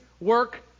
work